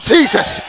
Jesus